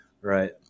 Right